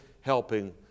helping